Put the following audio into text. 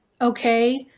okay